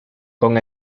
con